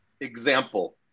example